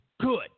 good